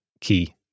key